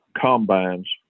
combines